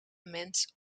mens